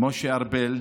ומשה ארבל,